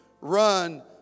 run